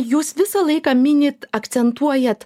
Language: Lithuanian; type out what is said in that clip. jūs visą laiką minit akcentuojat